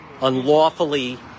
unlawfully